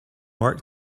work